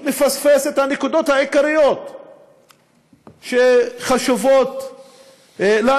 מפספס את הנקודות העיקריות שחשובות לנו,